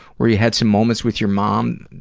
where you had some moments with your mom,